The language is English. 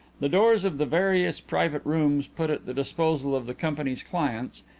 the doors of the various private rooms put at the disposal of the company's clients,